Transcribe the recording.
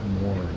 more